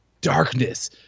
darkness